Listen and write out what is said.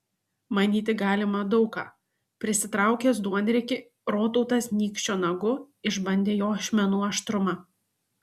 manyti galima daug ką prisitraukęs duonriekį rotautas nykščio nagu išbandė jo ašmenų aštrumą